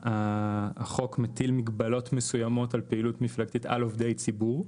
החוק מטיל מגבלות מסוימות על פעילות מפלגתית על עובדי ציבור.